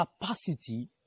capacity